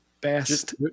Best